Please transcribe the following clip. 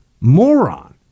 moron